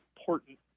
important